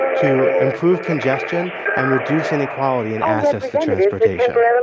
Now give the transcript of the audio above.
to improve congestion, and reduce inequality and access to transportation.